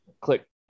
Click